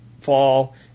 fall